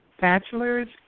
bachelor's